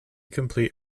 compete